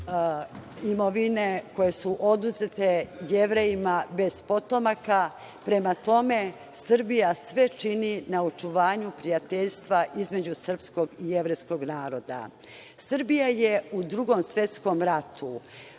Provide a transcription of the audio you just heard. imovine koje su oduzete Jevrejima bez potomaka. Prema tome, Srbija sve čini na očuvanju prijateljstva između srpskog i jevrejskog naroda. Srbija je u Drugom svetskom ratu